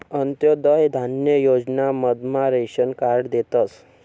अंत्योदय धान्य योजना मधमा रेशन कार्ड देतस